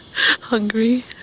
Hungry